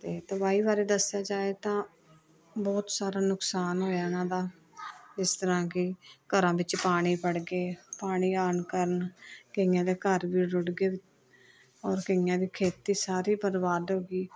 ਅਤੇ ਤਬਾਈ ਬਾਰੇ ਦੱਸਿਆ ਜਾਵੇ ਤਾਂ ਬਹੁਤ ਸਾਰਾ ਨੁਕਸਾਨ ਹੋਇਆ ਉਨ੍ਹਾਂ ਦਾ ਜਿਸ ਤਰ੍ਹਾਂ ਕਿ ਘਰਾਂ ਵਿੱਚ ਪਾਣੀ ਵੜ੍ਹ ਗਏ ਪਾਣੀ ਆਉਣ ਕਾਰਣ ਕਈਆਂ ਦੇ ਘਰ ਵੀ ਰੁੜ੍ਹ ਗਏ ਔਰ ਕਈਆਂ ਦੀ ਖੇਤੀ ਸਾਰੀ ਬਰਬਾਦ ਹੋ ਗਈ